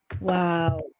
Wow